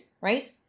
right